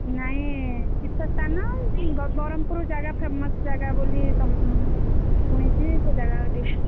ନାଇଁ ତୀର୍ଥ ସ୍ଥାନ ଗ ବ୍ରହ୍ମପୁର ଜାଗା ଫେମସ୍ ଜାଗା ବୋଲି ସ ଶୁଣିଛି ସେ ଜାଗା ଟିକିଏ